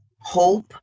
hope